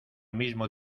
mismo